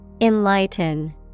Enlighten